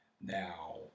now